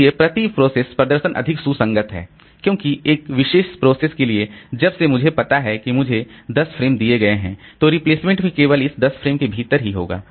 इसलिए प्रति प्रोसेस प्रदर्शन अधिक सुसंगत है क्योंकि एक विशेष प्रोसेस के लिए जब से मुझे पता है कि मुझे 10 फ्रेम दिए गए हैं तो रिप्लेसमेंट भी केवल इस 10 फ्रेम के भीतर होगा